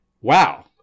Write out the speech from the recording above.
wow